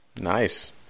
Nice